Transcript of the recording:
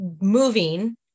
moving